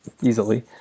easily